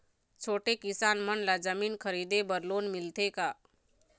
छोटे किसान मन ला जमीन खरीदे बर लोन मिलथे का?